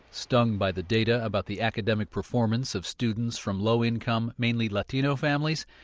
stung by the data about the academic performance of students from low-income, mainly latino families,